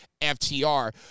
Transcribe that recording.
FTR